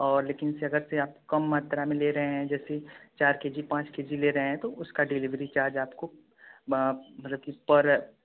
और लेकिन अगर जैसे आप कम मात्रा में ले रहे हैं जैसे चार के जी पाँच के जी ले रहे हैं तो उसका डिलीवरी चार्ज आपको मतलब कि पर